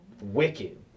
Wicked